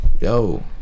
Yo